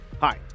Hi